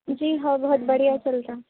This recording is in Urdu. جی ہاں بہت بڑھیا چلتا